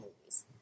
movies